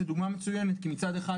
זו דוגמה מצוינת כי מצד אחד,